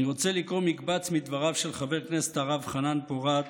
אני רוצה לקרוא מקבץ מדבריו של חבר הכנסת הרב חנן פורת,